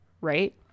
right